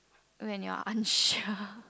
when you are unsure